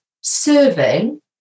serving